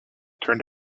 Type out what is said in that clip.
turned